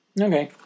Okay